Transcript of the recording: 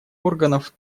органов